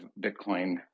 Bitcoin